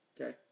okay